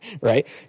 right